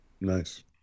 nice